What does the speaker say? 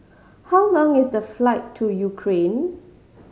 how long is the flight to Ukraine